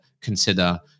consider